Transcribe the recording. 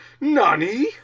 Nani